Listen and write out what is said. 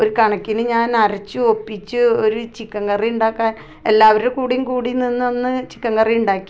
ഒരു കണക്കിന് ഞാൻ അരച്ചു ഒപ്പിച്ച് ഒരു ചിക്കൻ കറി ഉണ്ടാക്കാൻ എല്ലാവരുടെയും കൂടെ കൂടി നിന്ന് ഒന്ന് ചിക്കൻ കറി ഉണ്ടാക്കി